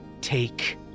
take